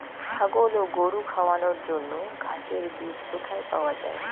ছাগল ও গরু খাওয়ানোর জন্য ঘাসের বীজ কোথায় পাওয়া যায়?